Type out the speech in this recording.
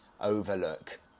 overlook